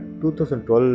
2012